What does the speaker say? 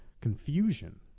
confusion